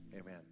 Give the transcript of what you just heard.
Amen